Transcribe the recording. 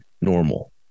normal